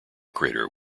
crater